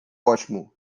ótimo